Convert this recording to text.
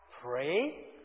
pray